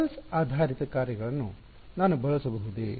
pulse ಆಧಾರಿತ ಕಾರ್ಯಗಳನ್ನು ನಾನು ಬಳಸಬಹುದೇ